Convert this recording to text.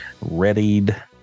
readied